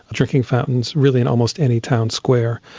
ah drinking fountains really in almost any town square.